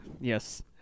Yes